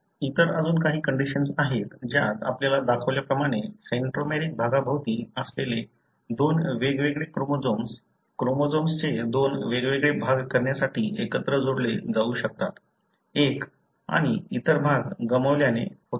इतर अजून काही कंडिशन्स आहेत ज्यात आपल्याला दाखवल्याप्रमाणे सेंट्रोमेरिक भागाभोवती असलेले दोन वेगवेगळे क्रोमोझोम क्रोमोझोम्सचे दोन वेगवेगळे भाग करण्यासाठी एकत्र जोडले जाऊ शकतात एक आणि इतर भाग गमावल्याने होतात